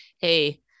hey